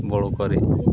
বড়ো করে